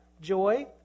joy